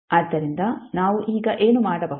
ಆದ್ದರಿಂದ ನಾವು ಈಗ ಏನು ಮಾಡಬಹುದು